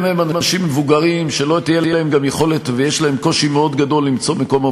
המתרס לפחות במובן הזה ששנינו בסוף רוצים את טובת העובדים.